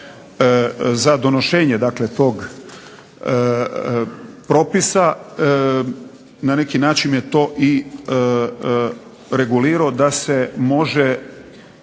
za donošenje dakle tog propisa, na neki način je to regulirao da se može